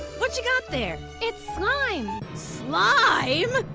whatcha got there? it's slime! slime?